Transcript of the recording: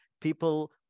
people